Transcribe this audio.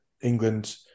England